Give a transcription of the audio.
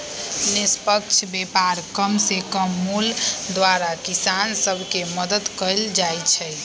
निष्पक्ष व्यापार कम से कम मोल द्वारा किसान सभ के मदद कयल जाइ छै